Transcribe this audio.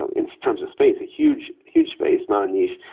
ah in terms of space, a huge huge space, not a niche.